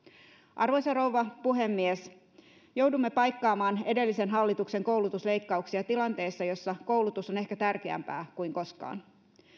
arvoisa rouva puhemies joudumme paikkaamaan edellisen hallituksen koulutusleikkauksia tilanteessa jossa koulutus on ehkä tärkeämpää kuin koskaan